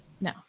No